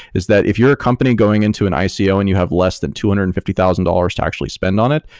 is that if you're a company going into an so ico and you have less than two hundred and fifty thousand dollars to actually spend on it,